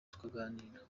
tukaganira